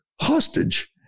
hostage